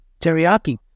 teriyaki